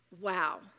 Wow